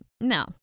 No